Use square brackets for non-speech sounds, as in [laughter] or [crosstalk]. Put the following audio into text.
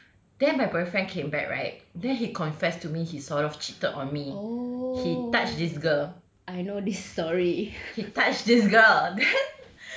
[breath] then my boyfriend came back right then he confessed to me he sort of cheated on me he touched this girl he touched this girl then